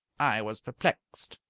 i was perplexed.